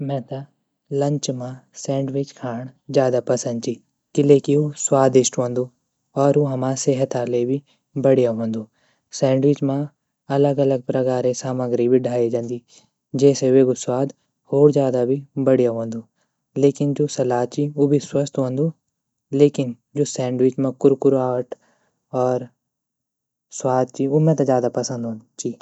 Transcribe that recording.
मेता लंच म सैंडविच खाण ज़्यादा पसंद ची क़िले की उ स्वादिष्ट वंदु और उ हमा सेहता ले भी बढ़िया वंदु सैंडविच म अलग अलग प्रकारे सामग्री भी ढाए जान्दी जेसे वेगु स्वाद और ज़्यादा भी बढ़िया वंदु लेकिन जू सलाद ची उ भी स्वस्त वंदु लेकिन जू सैंडविच म कुरकुराट और स्वाद ची उ मेता ज़्यादा पसंद ची।